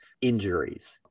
injuries